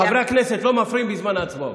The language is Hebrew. חברי הכנסת, לא מפריעים בזמן הצבעות.